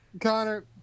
Connor